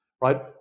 right